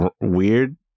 weird